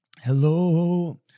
Hello